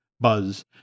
Buzz